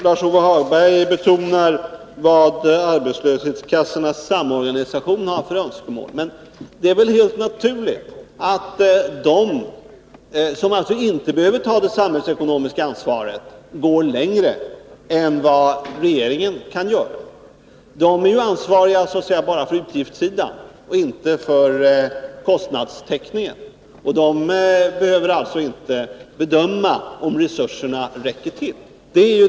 Lars-Ove Hagberg betonar vad Arbetslöshetskassornas samorganisation har för önskemål. Det är helt naturligt att de som inte behöver ta det samhällsekonomiska ansvaret går längre än vad regeringen kan göra. De är ansvariga så att säga bara för utgiftssidan och inte för kostnadstäckningen. De behöver alltså inte bedöma om resurserna räcker till.